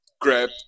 grab